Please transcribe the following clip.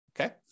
Okay